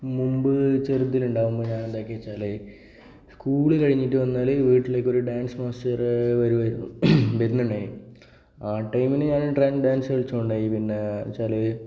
മുമ്പ് ചെറുതിലുണ്ടാവുമ്പോൾ ഞാൻ എന്താക്കിയെന്നു വച്ചാൽ സ്കൂള് കഴിഞ്ഞിട്ട് വന്നാൽ വീട്ടിലേക്കൊരു ഡാൻസ് മാസ്റ്റർ വരുമായിരുന്നു വരുന്നുണ്ടായിരന്നു ആ ടൈമിന് ഞാൻ ഡാൻസ് കളിച്ചിടുണ്ടായി പിന്നെ എന്നു വച്ചാൽ